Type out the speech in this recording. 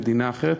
למדינה אחרת,